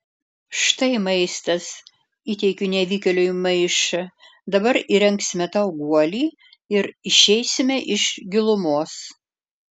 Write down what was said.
štai maistas įteikiu nevykėliui maišą dabar įrengsime tau guolį ir išeisime iš gilumos